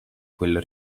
quel